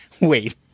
wait